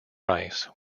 rice